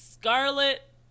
Scarlet